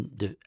de